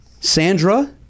Sandra